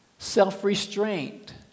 Self-restraint